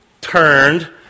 turned